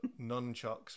nunchucks